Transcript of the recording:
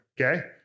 Okay